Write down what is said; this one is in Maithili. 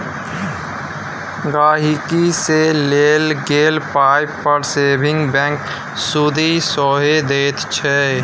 गांहिकी सँ लेल गेल पाइ पर सेबिंग बैंक सुदि सेहो दैत छै